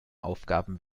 aufgaben